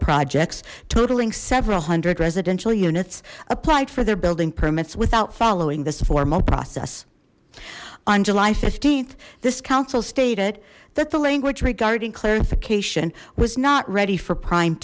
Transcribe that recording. projects totaling several hundred residential units applied for their building permits without following this formal process on july th this council stated that the language regarding clarification was not ready for prime